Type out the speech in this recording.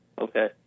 Okay